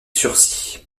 sursis